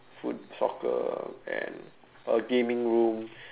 foot~ soccer and a gaming room